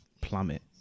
plummet